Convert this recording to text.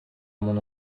mon